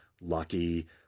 lucky